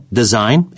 design